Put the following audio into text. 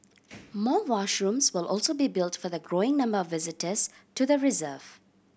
more washrooms will also be built for the growing number of visitors to the reserve